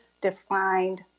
defined